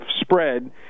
spread